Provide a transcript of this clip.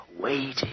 Waiting